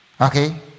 Okay